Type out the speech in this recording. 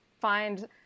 find